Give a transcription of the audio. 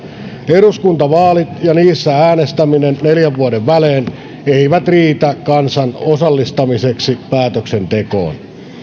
eduskuntavaalit ja niissä äänestäminen neljän vuoden välein eivät riitä kansan osallistamiseksi päätöksentekoon